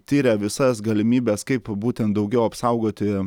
tiria visas galimybes kaip būtent daugiau apsaugoti